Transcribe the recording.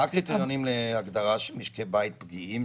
מה הקריטריונים להגדרה של משקי בית פגיעים?